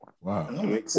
Wow